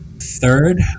Third